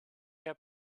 heb